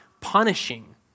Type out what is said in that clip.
punishing